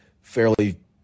fairly